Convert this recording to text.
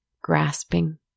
grasping